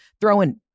throwing